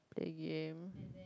a game